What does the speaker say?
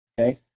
okay